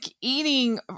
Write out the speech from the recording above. eating